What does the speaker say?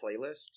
playlist